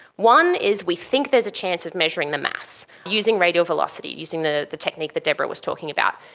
one is we think there's a chance of measuring the mass using radio velocity, using the the technique that debra was talking about.